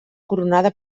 coronada